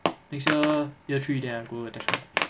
next year year three then I go attach lor